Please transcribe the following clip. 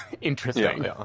interesting